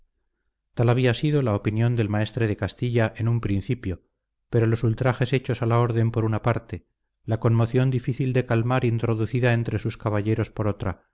tal había sido la opinión del maestre de castilla en un principio pero los ultrajes hechos a la orden por una parte la conmoción difícil de calmar introducida entre sus caballeros por otra